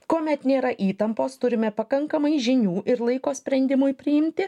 kuomet nėra įtampos turime pakankamai žinių ir laiko sprendimui priimti